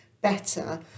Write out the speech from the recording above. better